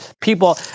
People